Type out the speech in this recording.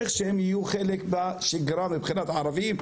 יהיו חלק מהשגרה מבחינת הערבים,